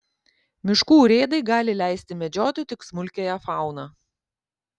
miškų urėdai gali leisti medžioti tik smulkiąją fauną